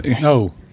No